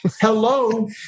Hello